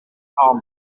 almond